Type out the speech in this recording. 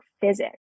physics